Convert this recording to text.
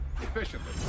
efficiently